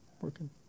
working